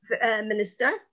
minister